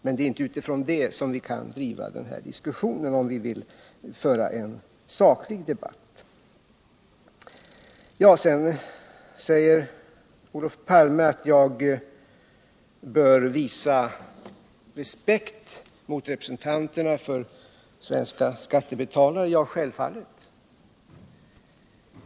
Men det är inte utifrån detta vi kan driva denna diskussion om vi vill föra en saklig debatt. Sedan säger Olof Palme att jag bör visa respekt för representanterna för svenska skattebetalare. Ja, självfallet.